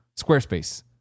Squarespace